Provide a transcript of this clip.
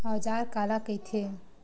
औजार काला कइथे?